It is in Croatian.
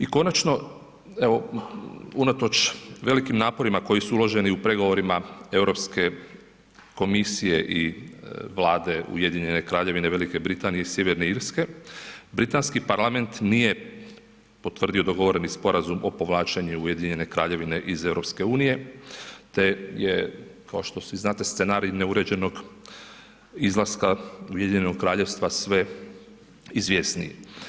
I konačno, evo unatoč velikim naporima koji su uloženi u pregovorima Europske komisije i Vlade Ujedinjene Kraljevine Velike Britanije i Sjeverne Irske, Britanski parlament nije potvrdio dogovoreni Sporazum o povlačenju Ujedinjene Kraljevine iz EU, te je kao što svi znate, scenarij neuređenog izlaska Ujedinjenog Kraljevstva sve izvjesniji.